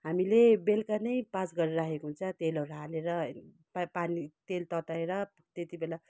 हामीले बेलुका नै पाज गरेर राखेको हुन्छ तेलहरू हालेर है प पानी तेल तताएर त्यति बेला